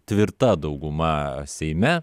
tvirta dauguma seime